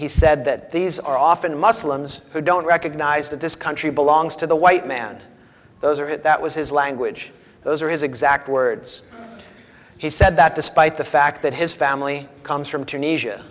he said that these are often muslims who don't recognize that this country belongs to the white man those are it that was his language those are his exact words he said that despite the fact that his family comes from tunisia